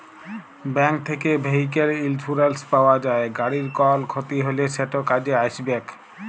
bank থ্যাকে vehicle insurance পাউয়া যায়, গাড়ির কল খ্যতি হ্যলে সেট কাজে আইসবেক